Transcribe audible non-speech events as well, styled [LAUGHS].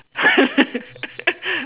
[LAUGHS]